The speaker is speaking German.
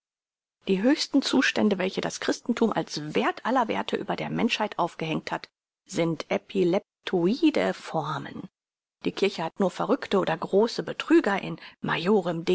die höchsten zustände welche das christenthum als werth aller werthe über der menschheit aufgehängt hat sind epileptoide formen die kirche hat nur verrückte oder große betrüger in